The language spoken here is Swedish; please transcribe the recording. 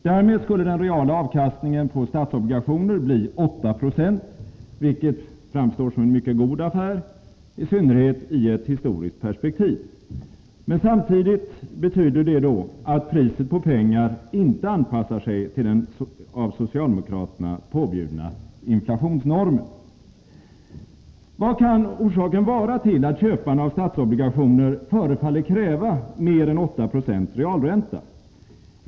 Därmed skulle den reala avkastningen på statsobligationer bli 8 26, vilket framstår som en mycket god affär — i synnerhet i ett historiskt perspektiv. Men samtidigt betyder det att priset på pengar inte anpassar sig till den av socialdemokraterna påbjudna inflationsnormen. Vad kan orsaken vara till att köparna av statsobligationer förefaller kräva mer än 8 Z realränta?